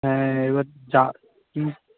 হ্যাঁ এইবার যা হুম